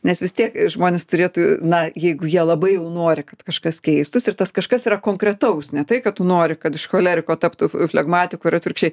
nes vis tiek žmonės turėtų na jeigu jie labai jau nori kad kažkas keistųs ir tas kažkas yra konkretaus ne tai ką tu nori kad iš choleriko taptų flegmatiku ir atvirkščiai